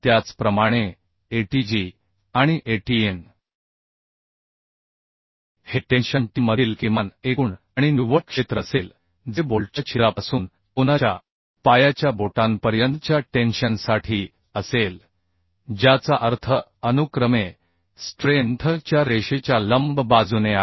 त्याचप्रमाणे ATg आणि ATn हे टेन्शन T मधील किमान एकूण आणि निव्वळ क्षेत्र असेल जे बोल्टच्या छिद्रापासून कोनाच्यापायाच्या बोटांपर्यंतच्या टेन्शनसाठी असेल ज्याचा अर्थ अनुक्रमे स्ट्रेंथ च्या रेषेच्या लंब बाजूने आहे